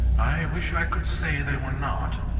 i wish i could say they were not.